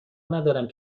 ندارم